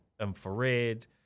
infrared